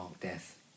death